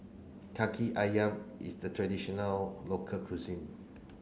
Kaki Ayam is a traditional local cuisine